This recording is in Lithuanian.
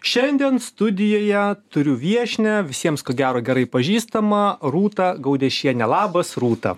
šiandien studijoje turiu viešnią visiems ko gero gerai pažįstamą rūtą gaudiešienę labas rūta